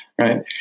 right